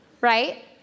Right